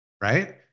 right